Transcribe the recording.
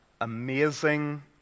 Amazing